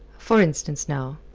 for instance, now?